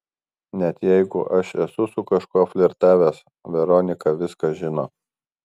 net jeigu aš esu su kažkuo flirtavęs veronika viską žino